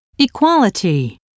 Equality